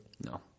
No